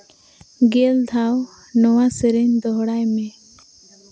ᱜᱮᱞ ᱫᱷᱟᱣ ᱱᱚᱣᱟ ᱥᱮᱨᱮᱧ ᱫᱚᱦᱲᱟᱭ ᱢᱮ